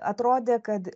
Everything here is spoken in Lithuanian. atrodė kad